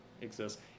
exists